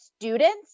students